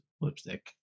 lipstick